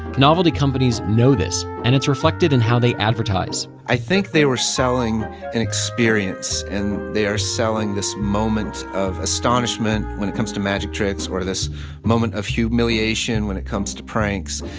novelty companies know this, and it's reflected in how they advertise i think they were selling an experience and they are selling this moment of astonishment when it comes to magic tricks or this moment of humiliation when it comes to pranks.